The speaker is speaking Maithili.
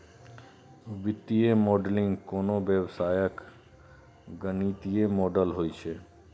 वित्तीय मॉडलिंग कोनो व्यवसायक गणितीय मॉडल होइ छै